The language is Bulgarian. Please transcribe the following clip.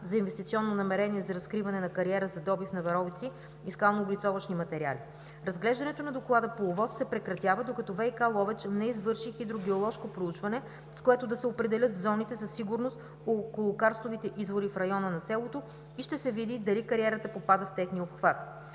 за инвестиционно намерение за разкриване на кариера за добив на варовици и скално-облицовъчни материали. Разглеждането на доклада по ОВОС се прекратява, докато ВиК-Ловеч не извърши хидрогеоложко проучване, с което да се определят зоните за сигурност около карстовите извори в района на селото и да се види дали кариерата попада в техния обхват.